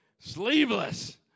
Sleeveless